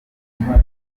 ingufu